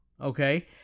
okay